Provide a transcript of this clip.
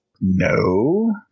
No